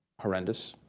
horrendous.